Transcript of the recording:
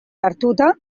hartuta